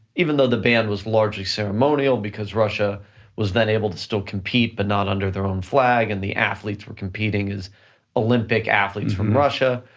even though the ban was largely ceremonial, because russia was then able to still compete, but not under their own flag, and the athletes were competing as olympic athletes from russia,